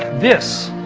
this.